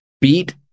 Beat